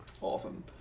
often